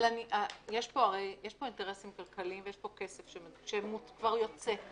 יש פה אינטרסים כלכליים ויש פה כסף שכבר יוצא,